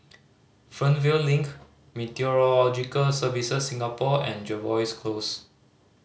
Fernvale Link Meteorological Services Singapore and Jervois Close